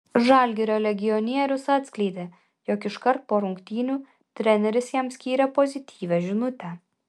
žalgirio legionierius atskleidė jog iškart po rungtynių treneris jam skyrė pozityvią žinutę